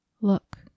Look